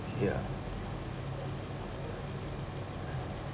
ya